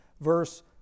verse